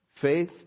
Faith